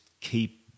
keep